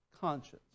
conscience